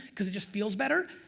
cause it just feels better.